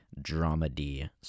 dramedy